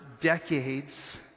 decades